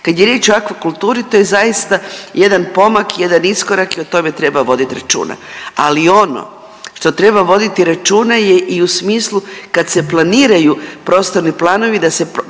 Kad je riječ o aquakulturi to je zaista jedan pomak, jedan iskorak i o tome treba voditi računa. Ali ono što treba voditi računa je i u smislu kad se planiraju prostorni planovi, da se